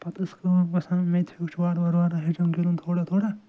پتہٕ ٲس کٲم وَسان مےٚ تہِ ہوٚچھِ وار وار وار وار ہیوٚچھُن گِنٛدُن تھوڑا تھوڑا